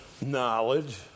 knowledge